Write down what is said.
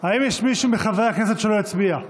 האם יש מישהו מחברי הכנסת שלא הצביע?